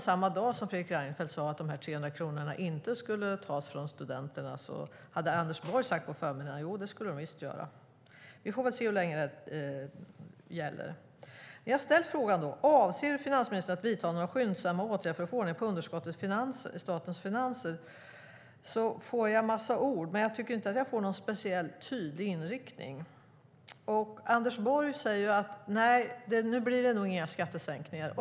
Samma dag som Fredrik Reinfeldt sade att de 300 kronorna inte skulle tas från studenterna hade Anders Borg på förmiddagen sagt att jo, det skulle de visst göra. Vi får väl se hur länge det gäller. Jag har ställt frågan: Avser finansministern att vidta några skyndsamma åtgärder för att få ordning på underskottet i statens finanser? Till svar får jag en massa ord, men jag tycker inte att jag får någon speciellt tydlig inriktning. Anders Borg säger att nej, nu blir det nog inga skattesänkningar.